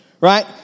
right